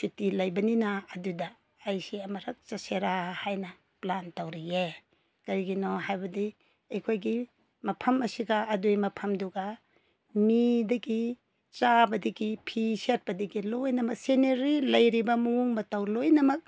ꯁꯨꯇꯤ ꯂꯩꯕꯅꯤꯅ ꯑꯗꯨꯗ ꯑꯩꯁꯤ ꯑꯃꯨꯛꯇꯪ ꯆꯠꯁꯤꯔꯥ ꯍꯥꯏꯅ ꯄ꯭ꯂꯥꯟ ꯇꯧꯔꯤꯌꯦ ꯀꯔꯤꯒꯤꯅꯣ ꯍꯥꯏꯔꯕꯗꯤ ꯑꯩꯈꯣꯏꯒꯤ ꯃꯐꯝ ꯑꯁꯤꯒ ꯑꯗꯨꯒꯤ ꯃꯐꯝ ꯑꯗꯨꯒ ꯃꯤꯗꯒꯤ ꯆꯥꯕꯗꯒꯤ ꯐꯤ ꯁꯦꯠꯄꯗꯒꯤ ꯂꯣꯏꯅꯃꯛ ꯁꯤꯅꯔꯤ ꯂꯩꯔꯤꯕ ꯃꯑꯣꯡ ꯃꯇꯧ ꯂꯣꯏꯅꯃꯛ